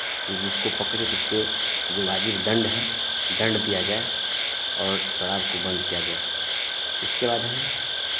कि जिसको पकड़े तो उसपे जो वाजिब दंड है दंड दिया जाए और शराब को बंद किया जाए इसके बाद है